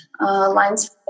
Lines